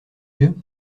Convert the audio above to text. dieu